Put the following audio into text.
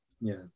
Yes